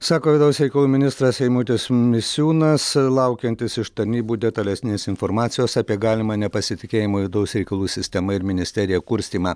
sako vidaus reikalų ministras eimutis misiūnas laukiantis iš tarnybų detalesnės informacijos apie galimą nepasitikėjimą vidaus reikalų sistema ir ministerija kurstymą